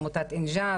עמותת אינג'אז,